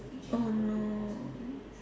oh no